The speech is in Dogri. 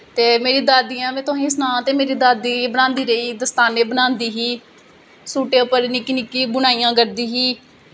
ते मेरी दादियां में तुसेंगी सनां ते मेरी दादी बनांदी रेही दस्तानें बनांदी रेही ही सूटें उप्पर निक्की निक्की बुनाईयैं करदी ही